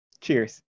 Cheers